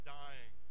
dying